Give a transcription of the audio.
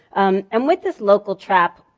um um with this local trap,